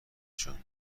جون